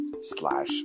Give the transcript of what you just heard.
slash